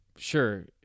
sure